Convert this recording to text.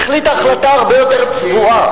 היא החליטה החלטה הרבה יותר צבועה.